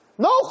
No